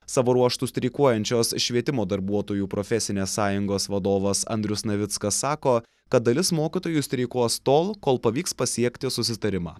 savo ruožtu streikuojančios švietimo darbuotojų profesinės sąjungos vadovas andrius navickas sako kad dalis mokytojų streikuos tol kol pavyks pasiekti susitarimą